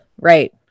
Right